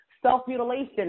self-mutilation